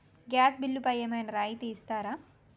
Gas బిల్లుపై ఏమైనా రాయితీ ఇస్తారా?